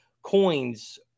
coins